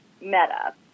meta